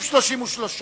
נתקבל.